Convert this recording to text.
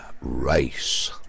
race